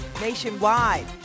nationwide